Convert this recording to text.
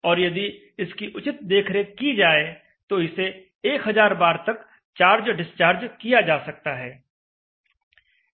और यदि इसकी उचित देखरेख की जाए तो इसे 1000 बार तक चार्ज डिस्चार्ज किया जा सकता है